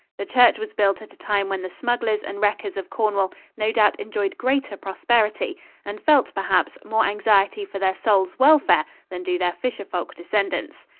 the church was built at a time when the smugglers and wreckers of cornwall no doubt enjoyed greater prosperity and felt, perhaps, more anxiety for their souls' welfare than do their fisher-folk descendants.